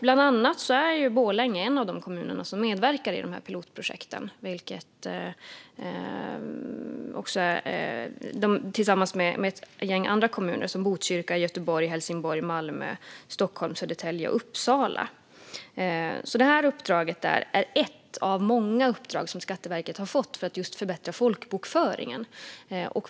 Borlänge är en av de kommuner som medverkar i detta pilotprojekt. Övriga kommuner är Botkyrka, Göteborg, Helsingborg, Malmö, Stockholm, Södertälje och Uppsala. Detta är ett av många uppdrag som Skatteverket har fått för att just förbättra folkbokföringen.